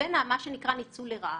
לבין ניצול לרעה.